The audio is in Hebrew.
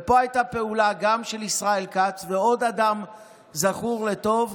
ופה הייתה פעולה גם של ישראל כץ ועוד אדם זכור לטוב,